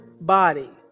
body